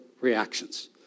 reactions